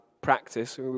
practice